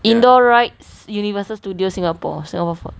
indoor rides universal studios singapore singapore faults